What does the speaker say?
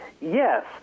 Yes